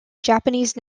japanese